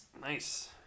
Nice